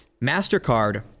Mastercard